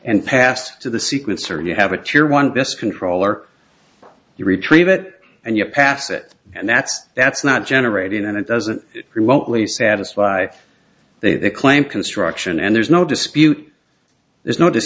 and passed to the sequencer you have it your one best controller you retrieve it and you pass it and that's that's not generating and it doesn't remotely satisfy they claim construction and there's no dispute there's no di